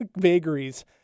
vagaries